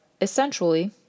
essentially